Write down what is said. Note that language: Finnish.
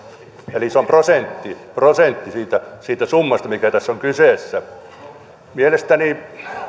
eli se on prosentti prosentti siitä summasta mikä tässä on kyseessä mielestäni